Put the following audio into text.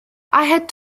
had